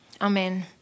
Amen